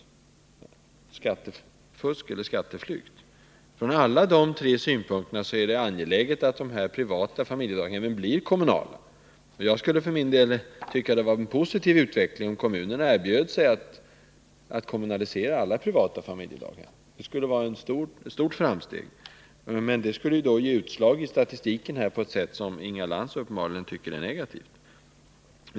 Det rör sig om skattefusk eller skatteflykt. Från alla dessa tre synpunkter är det angeläget att de privata familjedaghemmen blir kommunala. Jag skulle för min del betrakta det som en positiv utveckling, om kommunerna erbjöd sig att kommunalisera alla privata familjedaghem. Det skulle vara ett stort framsteg. Men det skulle ge utslag i statistiken på ett sätt som Inga Lantz uppenbarligen tycker är negativt.